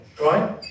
Right